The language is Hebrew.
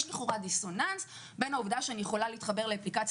יש לכאורה דיסוננס בין העובדה שאני יכולה להתחבר לאפליקציה